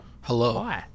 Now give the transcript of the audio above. Hello